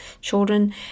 children